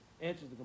Answers